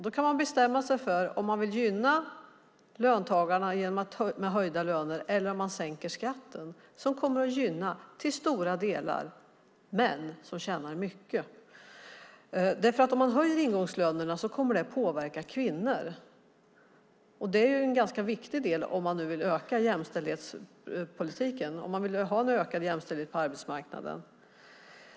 Då kan man bestämma sig för om man vill gynna löntagarna med höjda löner eller om man vill sänka skatten, vilket till stora delar kommer att gynna män som tjänar mycket. Om man höjer ingångslönerna kommer det att påverka kvinnor. Det är en ganska viktig del om man vill ha en ökad jämställdhet på arbetsmarknaden.